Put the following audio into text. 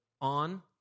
on